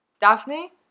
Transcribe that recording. Daphne